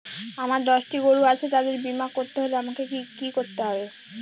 আমার দশটি গরু আছে তাদের বীমা করতে হলে আমাকে কি করতে হবে?